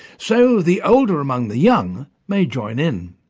so the older among the young may join in.